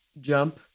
jump